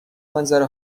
منظره